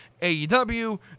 AEW